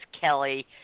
Kelly